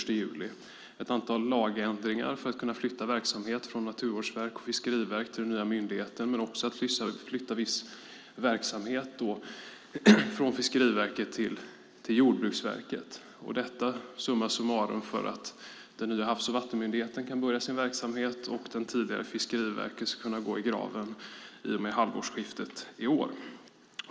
Det görs ett antal lagändringar för att kunna flytta verksamhet från Naturvårdsverket och Fiskeriverket till den nya myndigheten men också flytta viss verksamhet från Fiskeriverket till Jordbruksverket. Summa summarum görs detta för att den nya havs och vattenmyndigheten ska kunna börja sin verksamhet och det tidigare Fiskeriverket kan gå i graven i och med halvårsskiftet i år.